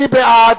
מי בעד?